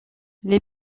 les